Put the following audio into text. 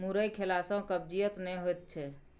मुरइ खेला सँ कब्जियत नहि होएत छै